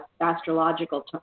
astrological